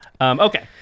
Okay